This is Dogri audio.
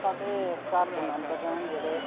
साड्ढे घर दे मैंबर न जेह्ड़े